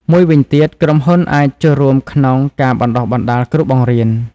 មួយវិញទៀត ក្រុមហ៊ុនអាចចូលរួមក្នុង ការបណ្តុះបណ្តាលគ្រូបង្រៀន។